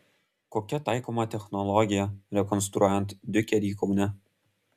kokia taikoma technologija rekonstruojant diukerį kaune